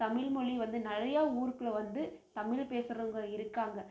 தமிழ்மொழி வந்து நிறையா ஊருக்குள்ளே வந்து தமிழ் பேசுகிறவங்க இருக்காங்க